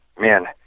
man